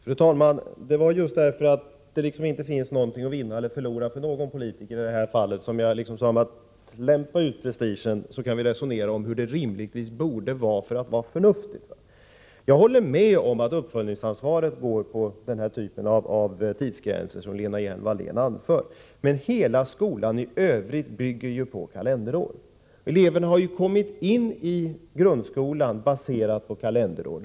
Fru talman! Det var just därför att det i detta fall inte finns någonting att vinna eller förlora för någon politiker som jag sade att Lena Hjelm-Wallén skulle strunta i prestigen så att vi kunde resonera om hur reglerna rimligtvis borde utformas för att vara förnuftiga. Jag håller med om att kommunernas uppföljningsansvar gäller för samma typ av tidsgräns som i detta fall, som Lena Hjelm-Wallén anför. Men hela skolan i övrigt bygger ju på kalenderår. Eleverna har kommit in i grundskolan genom intagning baserad på kalenderår.